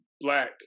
black